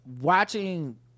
watching